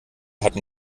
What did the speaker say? hatten